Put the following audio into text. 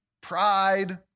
pride